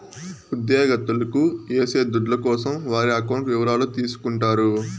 ఉద్యోగత్తులకు ఏసే దుడ్ల కోసం వారి అకౌంట్ ఇవరాలు తీసుకుంటారు